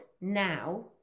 now